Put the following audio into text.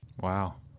Wow